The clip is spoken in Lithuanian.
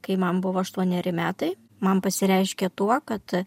kai man buvo aštuoneri metai man pasireiškė tuo kad